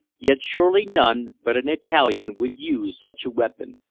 yet surely none but an italian would use such a weapon,